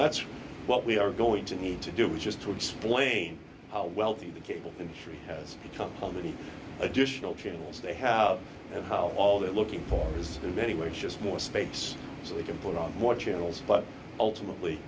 that's what we are going to need to do is just to explain how wealthy the cable industry has become on the additional channels they have and how all that looking for is too many words just more space so they can put on more channels but ultimately